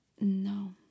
No